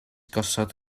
gosod